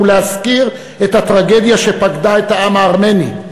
ולהזכיר את הטרגדיה שפקדה את העם הארמני,